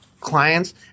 clients –